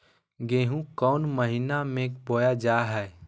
गेहूँ कौन महीना में बोया जा हाय?